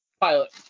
pilot